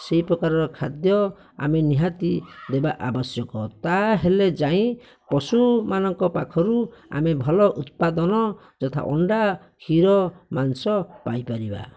ସେହି ପ୍ରକାରର ଖାଦ୍ୟ ଆମେ ନିହାତି ଦେବା ଆବଶ୍ୟକ ତାହେଲେ ଯାଇ ପଶୁମାନଙ୍କ ପାଖରୁ ଆମେ ଭଲ ଉତ୍ପାଦନ ଯଥା ଅଣ୍ଡା କ୍ଷୀର ମାଂସ ପାଇପାରିବା